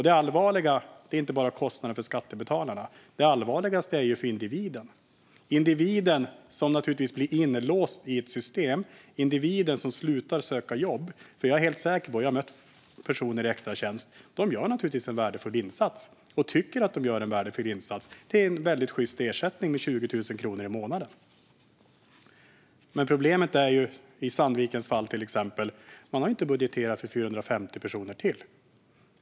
Det allvarligaste är inte kostnaden för skattebetalarna, utan det är att individen blir inlåst i ett system och slutar söka jobb. Jag har mött personer som har extratjänster, och jag är helt säker på de gör en värdefull insats och tycker att de gör det. Det är en väldigt sjyst ersättning att få 20 000 i månaden, men problemet, till exempel i Sandvikens fall, är att man inte har budgeterat för 450 personer till.